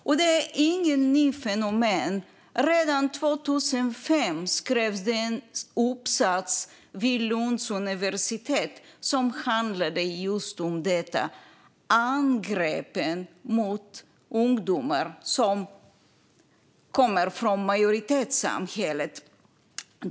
Detta är inget nytt fenomen. Redan 2005 skrevs en uppsats vid Lunds universitet som handlade just om detta: angreppen på ungdomar som kommer från majoritetssamhället.